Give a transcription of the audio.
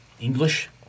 English